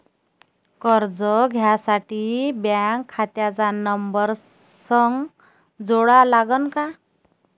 कर्ज घ्यासाठी बँक खात्याचा नंबर संग जोडा लागन का?